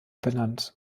benannt